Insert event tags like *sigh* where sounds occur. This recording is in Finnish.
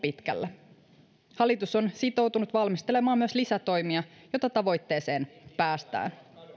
pitkällä *unintelligible* hallitus on sitoutunut valmistelemaan myös lisätoimia jotta tavoitteeseen päästään